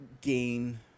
gain